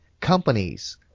Companies